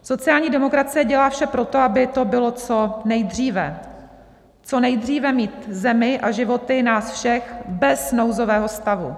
Sociální demokracie dělá vše pro to, aby to bylo co nejdříve, co nejdříve mít zemi a životy nás všech bez nouzového stavu.